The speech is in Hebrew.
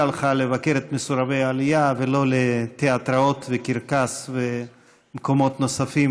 היא הלכה לבקר את מסורבי העלייה ולא לתיאטראות וקרקס ומקומות נוספים,